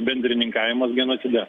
bendrininkavimas genocide